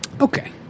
okay